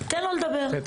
תן לו לדבר.